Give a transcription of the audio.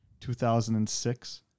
2006